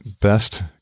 best